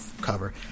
cover